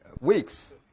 weeks